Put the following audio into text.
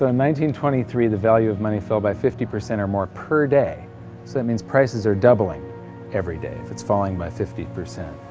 ah twenty three the value of money fell by fifty percent or more per day that means prices are doubling every day, it's falling by fifty percent.